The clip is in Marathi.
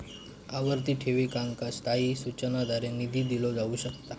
आवर्ती ठेवींका स्थायी सूचनांद्वारे निधी दिलो जाऊ शकता